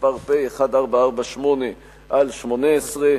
התשס"ט 2009,פ/1448/18,